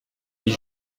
huit